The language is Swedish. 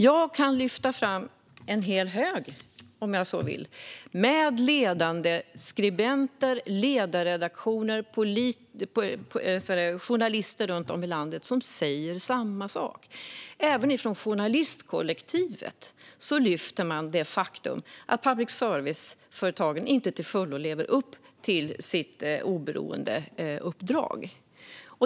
Jag kan, om jag så vill, lyfta fram en hel hög med ledande skribenter, ledarredaktioner och journalister runt om i landet som säger samma sak. Även från journalistkollektivet lyfter man det faktum att public service-företagen inte till fullo lever upp till sitt oberoende uppdrag.